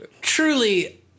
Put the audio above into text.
truly